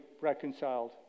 reconciled